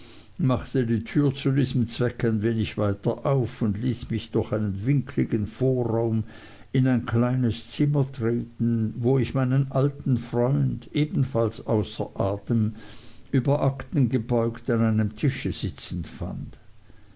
machte die tür zu diesem zweck ein wenig weiter auf und ließ mich durch einen winkeligen vorraum in ein kleines zimmer treten wo ich meinen alten freund ebenfalls außer atem über akten gebeugt an einem tisch sitzend fand